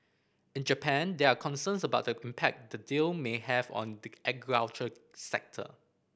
in Japan there are concerns about the impact the deal may have on the agriculture sector